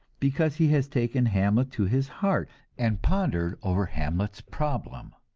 because he has taken hamlet to his heart and pondered over hamlet's problem.